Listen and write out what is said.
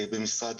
במשרד